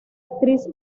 actriz